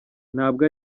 ntabwo